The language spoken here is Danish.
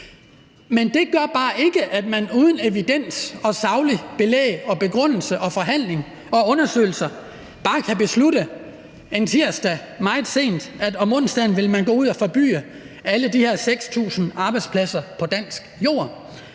men det gør ikke, at man uden evidens og sagligt belæg og begrundelser og forhandlinger og undersøgelser bare kan beslutte en tirsdag meget sent, at om onsdagen vil man gå ud og forbyde alle de her 6.000 arbejdspladser på dansk jord.